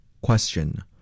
Question